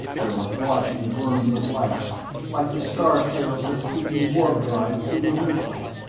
there were blotchy worms of light like the star-trails of peaking warp-drive through the viewport,